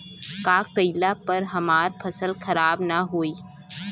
का कइला पर हमार फसल खराब ना होयी?